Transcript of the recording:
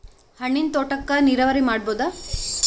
ಹಣ್ಣಿನ್ ತೋಟಕ್ಕ ನೀರಾವರಿ ಮಾಡಬೋದ?